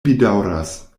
bedaŭras